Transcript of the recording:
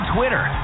Twitter